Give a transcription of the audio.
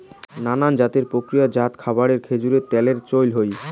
নানান জাতের প্রক্রিয়াজাত খাবারত খেজুর ত্যালের চইল হই